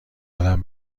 آدم